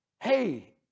Hey